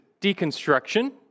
deconstruction